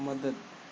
مدد